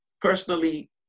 personally